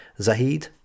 Zahid